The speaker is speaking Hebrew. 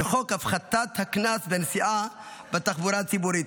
וחוק הפחתת הקנס בנסיעה בתחבורה הציבורית.